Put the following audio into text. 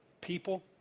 people